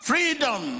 Freedom